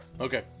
Okay